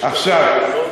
עכשיו,